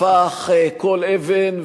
הפך כל אבן,